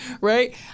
right